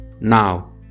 Now